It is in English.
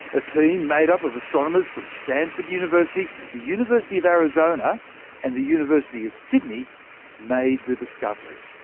a team made up of astronomers from stanford university, the university of arizona and the university of sydney made the discovery.